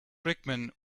brickman